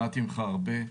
למדתי ממך הרבה.